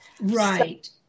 Right